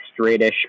straightish